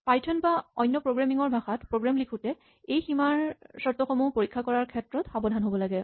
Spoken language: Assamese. পাইথন বা অন্য প্ৰগ্ৰেমিং ৰ ভাষাত প্ৰগ্ৰেম লিখোতে এই সীমাৰ চৰ্তসমূহ পৰীক্ষা কৰাৰ ক্ষেত্ৰত সাৱধান হ'ব লাগে